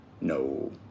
No